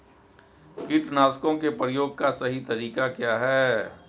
कीटनाशकों के प्रयोग का सही तरीका क्या है?